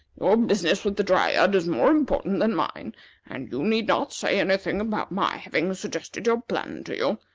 your business with the dryad is more important than mine and you need not say any thing about my having suggested your plan to you.